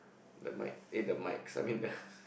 the mic eh the mics I mean the